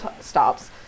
stops